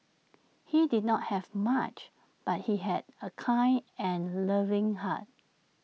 he did not have much but he had A kind and loving heart